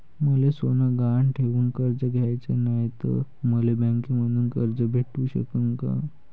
मले सोनं गहान ठेवून कर्ज घ्याचं नाय, त मले बँकेमधून कर्ज भेटू शकन का?